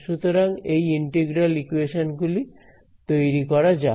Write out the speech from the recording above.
সুতরাং এই integral equation গুলি তৈরি করা যাক